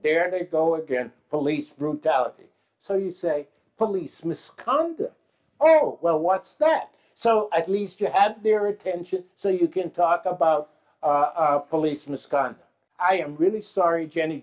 there they go again police brutality so you say police misconduct oh well what's that so at least you have their attention so you can talk about police misconduct i am really sorry jenny